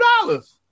dollars